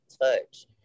touch